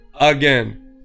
again